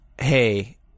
hey